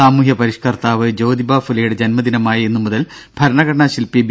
സാമൂഹ്യ പരിഷ്കർത്താവ് ജ്യോതിബ ഫുലെയുടെ ജന്മദിനമായ ഇന്നുമുതൽ ഭരണഘടനാ ശില്പി ബി